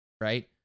right